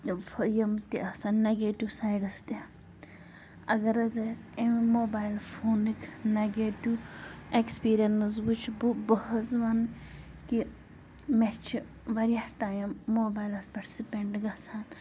فہ یِم تہِ آسَن نَگیٹِو سایڈَس تہِ اگر حظ اَسہِ اَمہِ موبایِل فونٕکۍ نَگیٹِو اٮ۪کٕسپیٖررینٕس وٕچھ بہٕ بہٕ حظ وَنہٕ کہِ مےٚ چھِ واریاہ ٹایِم موبایلَس پٮ۪ٹھ سِپٮ۪نٛڈ گژھان